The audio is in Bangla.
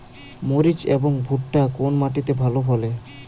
মরিচ এবং ভুট্টা কোন মাটি তে ভালো ফলে?